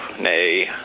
nay